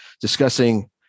discussing